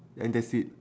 and that's it